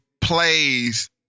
plays